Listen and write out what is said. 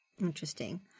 Interesting